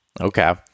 Okay